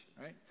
right